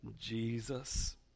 Jesus